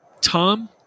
tom